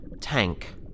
tank